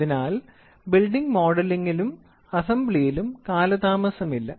അതിനാൽ ബിൽഡിംഗ് മോഡലിംഗിലും അസംബ്ലിയിലും കാലതാമസമില്ല